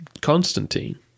Constantine